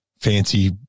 fancy